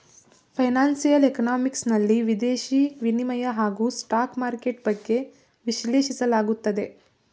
financial economics ನಲ್ಲಿ ವಿದೇಶಿ ವಿನಿಮಯ ಹಾಗೂ ಸ್ಟಾಕ್ ಮಾರ್ಕೆಟ್ ಬಗ್ಗೆ ವಿಶ್ಲೇಷಿಸಲಾಗುತ್ತದೆ